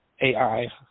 AI